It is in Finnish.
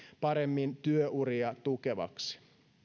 paremmin työuria tukevaksi